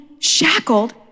shackled